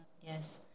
Yes